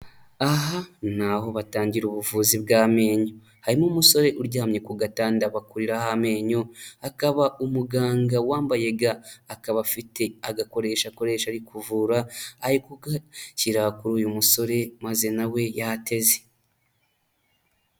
Aha ni aho batangira ubuvuzi bw'amenyo. Harimo umusore uryamye ku gatanda bakuriraho amenyo, hakaba umuganga wambaye ga, akaba afite agakoresho akoresha ari kuvura, ari kugashyira kuri uyu musore maze na we yateze.